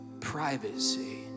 privacy